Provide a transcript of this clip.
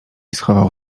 schował